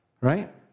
right